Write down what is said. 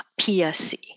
PSC